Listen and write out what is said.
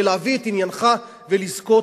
להביא את עניינך ולזכות